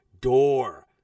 door